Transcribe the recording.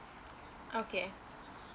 okay